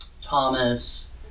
Thomas